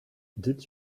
did